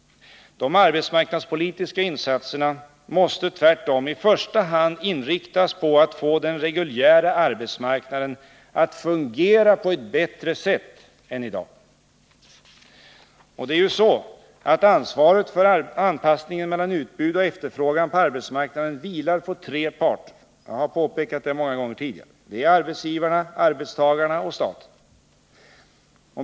De arbetsmarknadspolitiska insatserna måste tvärtom i första hand inriktas på att få den reguljära arbetsmarknaden att fungera på ett bättre sätt än i dag. Det är ju så att ansvaret för anpassningen mellan utbud och efterfrågan på arbetsmarknaden vilar på tre parter — jag har påpekat detta många gånger tidigare. Det är arbetsgivarna, arbetstagarna och staten.